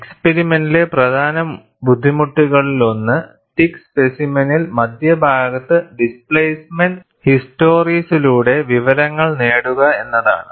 എക്സ്പിരിമെന്റിലെ പ്രധാന ബുദ്ധിമുട്ടുകളിലൊന്ന് തിക്ക് സ്പെസിമെനിൽ മധ്യഭാഗത്ത് ഡിസ്പ്ലേസ്മെന്റ് ഹിസ്റ്റോറിസിലൂടെ വിവരങ്ങൾ നേടുക എന്നതാണ്